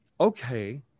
okay